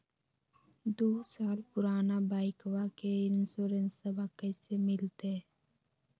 दू साल पुराना बाइकबा के इंसोरेंसबा कैसे मिलते?